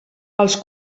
els